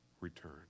return